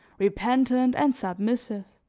repentant and submissive.